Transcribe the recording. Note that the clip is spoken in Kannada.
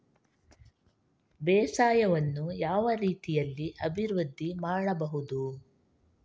ಬೇಸಾಯವನ್ನು ಯಾವ ರೀತಿಯಲ್ಲಿ ಅಭಿವೃದ್ಧಿ ಮಾಡಬಹುದು?